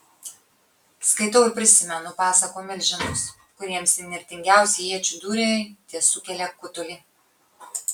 skaitau ir prisimenu pasakų milžinus kuriems įnirtingiausi iečių dūriai tesukelia kutulį